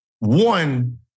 One